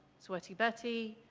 sweatybetty,